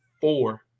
four